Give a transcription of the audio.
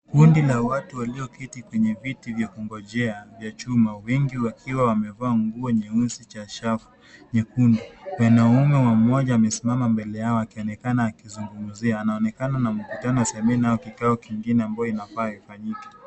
Kundi la watu walioketi kwenye viti vya kungojea vya chuma, wengi wakiwa wamevaa nguo nyeusi cha shafu nyekundu. Mwanaume mmoja amesimama mbele yao akionekana akizungumzia. Anaonekana na mkutano semina au kikao kingine ambayo inafaa ifanyike.